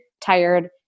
tired